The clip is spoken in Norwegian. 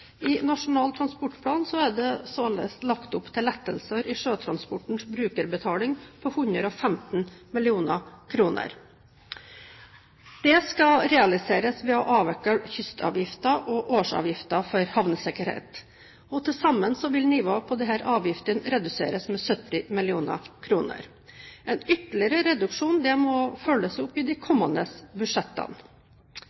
I Nasjonal transportplan er det således lagt opp til lettelser i sjøtransportens brukerbetaling på 115 mill. kr. Det skal realiseres ved å avvikle kystavgiften og årsavgiften for havnesikkerhet. Til sammen vil nivået på disse avgiftene reduseres med 70 mill. kr. En ytterligere reduksjon må følges opp i de